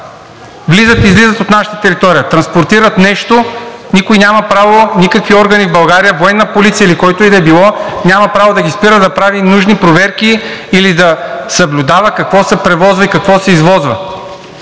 влизат и излизат от наша територия, транспортират нещо, никой няма право – никакви органи в България, Военна полиция или който и да било, няма право да ги спира, да прави нужни проверки или да съблюдава какво се превозва и какво се извозва.